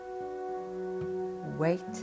Wait